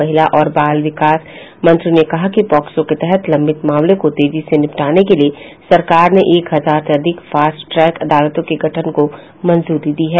महिला और बाल विकास मंत्री ने कहा कि पॉक्सो के तहत लंबित मामलों को तेजी से निपटाने के लिए सरकार ने एक हजार से अधिक फास्ट ट्रैक अदालतों के गठन की मंजूरी दी है